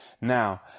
Now